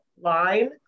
line